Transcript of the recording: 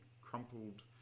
crumpled